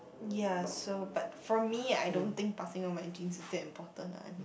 ya so but for me I don't think passing up my gene is that important lah